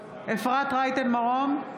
רייטן מרום,